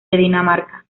dinamarca